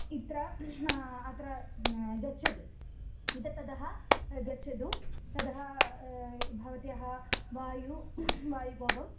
अत्र अत्र गच्छतु इतः ततः गच्छतु ततः भवत्याः वायु वायुकोपम्